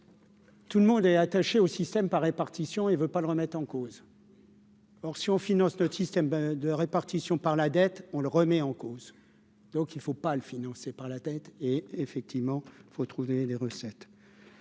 Tout le monde est attaché au système par répartition, il ne veut pas le remettre en cause. Oui. Or si on finance notre système de répartition par la dette, on le remet en cause, donc il ne faut pas le financer par la tête, et effectivement il faut trouver des recettes.